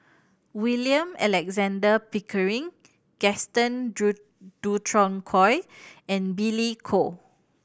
William Alexander Pickering Gaston Dutronquoy and Billy Koh